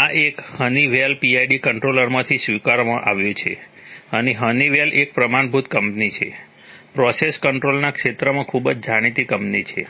આ એક Honeywell PID કંટ્રોલરમાંથી સ્વીકારવામાં આવ્યું છે અને હનીવેલ એક પ્રમાણભૂત કંપની છે પ્રોસેસ કંટ્રોલના ક્ષેત્રમાં ખૂબ જ જાણીતી કંપની છે